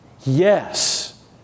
Yes